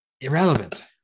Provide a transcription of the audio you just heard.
irrelevant